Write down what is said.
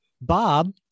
Bob